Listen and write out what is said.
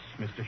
Mr